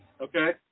Okay